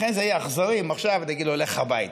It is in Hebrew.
לכן זה יהיה אכזרי אם עכשיו נגיד לו: לך הביתה.